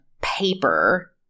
paper